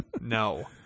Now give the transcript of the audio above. No